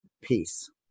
Peace